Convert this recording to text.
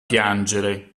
piangere